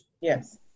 Yes